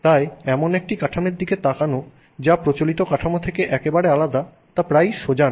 তাই এমন একটি কাঠামোর দিকে তাকানো যা প্রচলিত কাঠামো থেকে একেবারে আলাদা তা প্রায়ই সোজা হয় না